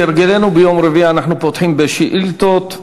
כהרגלנו ביום רביעי אנחנו פותחים בשאילתות.